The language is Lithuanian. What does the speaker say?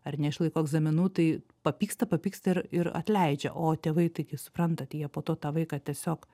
ar neišlaiko egzaminų tai papyksta papyksta ir ir atleidžia o tėvai taigi suprantat jie po to tą vaiką tiesiog